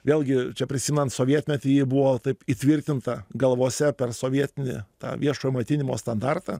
vėlgi čia prisimenant sovietmetį buvo taip įtvirtinta galvose per sovietinį tą viešo maitinimo standartą